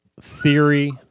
theory